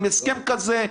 עם הסכם כזה,